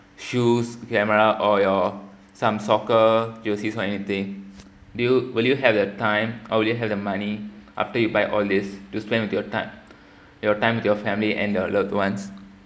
shoes camera or your some soccer jerseys or anything do you will you have the time or will you have the money after you buy all this to spend with your time your time with your family and your loved ones